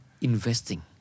investing